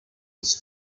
was